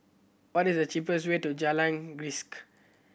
what is the cheapest way to Jalan Grisek